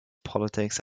politics